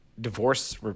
divorce